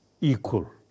equal